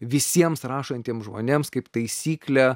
visiems rašantiems žmonėms kaip taisyklė